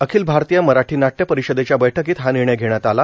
अखिल भारतीय मराठी नाटय परिषदेच्या बैठकीत हा निर्णय घेण्यात आला